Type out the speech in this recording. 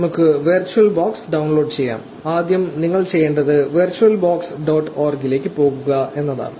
നമുക്ക് virtual box download ചെയ്യാം ആദ്യം നിങ്ങൾ ചെയ്യേണ്ടത് വെർച്വൽ ബോക്സ് ഡോട്ട് ഓർഗിലേക്ക് പോകുക എന്നതാണ്